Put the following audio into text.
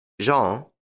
Jean